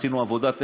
ועשינו עבודת עומק.